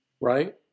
right